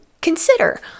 consider